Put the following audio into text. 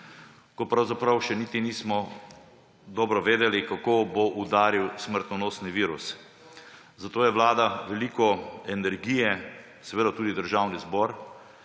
ko pravzaprav še niti nismo dobro vedeli, kako bo udaril smrtonosni virus. Zato je Vlada veliko energije, seveda tudi Državni zbor,